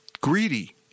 greedy